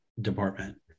department